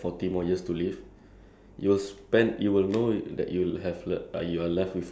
oh ya can plan ahead then like if you know it's like um you have like